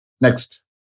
Next